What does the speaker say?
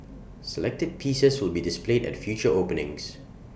selected pieces will be displayed at future openings